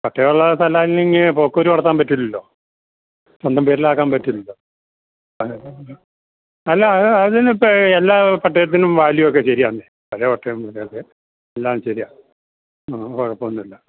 പട്ടയമുള്ള സ്ഥലം അല്ലെങ്കിൽ പോക്കൂവരവ് നടത്താൻ പറ്റില്ലല്ലൊ സ്വന്തം പേരിലാക്കാൻ പറ്റില്ലല്ലൊ അല്ല അതിനിപ്പോൾ എല്ലാ പട്ടയത്തിനും വാല്യൂ ഒക്കെ ശരിയാണെന്ന് പല പട്ടയം എല്ലാം ശരി ആണ് ആ കുഴപ്പം ഒന്നും ഇല്ല